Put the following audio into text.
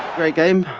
great game.